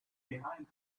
behind